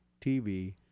TV